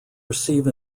receive